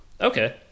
okay